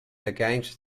against